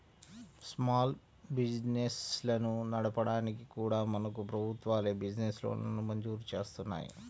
small బిజినెస్లను నడపడానికి కూడా మనకు ప్రభుత్వాలే బిజినెస్ లోన్లను మంజూరు జేత్తన్నాయి